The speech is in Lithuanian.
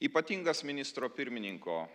ypatingas ministro pirmininko